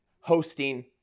hosting